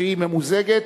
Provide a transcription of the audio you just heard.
כשהיא ממוזגת,